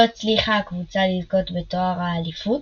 לא הצליחה הקבוצה לזכות בתואר האליפות,